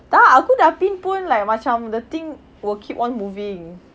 tak aku dah pin pun like macam the thing will keep on moving